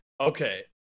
Okay